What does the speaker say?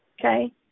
Okay